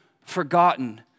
forgotten